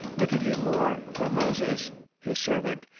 what did he more for moses his servant,